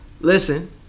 Listen